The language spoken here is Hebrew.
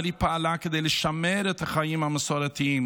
אבל היא פעלה כדי לשמר את החיים המסורתיים,